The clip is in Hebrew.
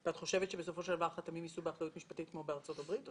את חושבת שבסופו של דבר החתמים יישאו באחריות משפטית כמו בארצות הברית?